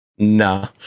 Nah